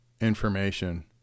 information